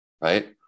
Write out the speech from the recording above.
right